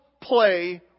play